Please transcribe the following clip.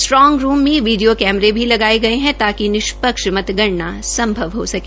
strongroom में video कैमरे भी लगाये गये है ताकि निष्पक्ष्ज्ञ मतगणना संभव हो सके